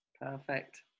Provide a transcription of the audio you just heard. Perfect